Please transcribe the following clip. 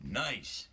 nice